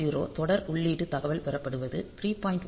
0 தொடர் உள்ளீட்டு தகவல் பெறப்படுவது 3